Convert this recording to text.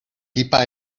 tipa